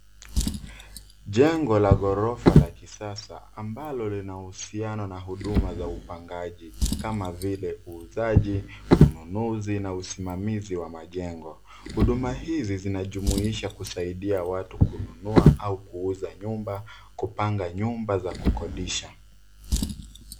Jengo la ghorofa la kisasa ambalo lina uhusiano na huduma za upangaji kama vile uuzaji, ununuzi na usimamizi wa majengo. Huduma hizi zinajumuisha kusaidia watu kununua au kuuza nyumba kupanga nyumba za kukodisha.